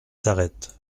s’arrête